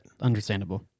Understandable